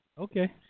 Okay